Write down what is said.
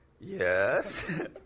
Yes